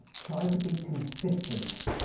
try to be consistent!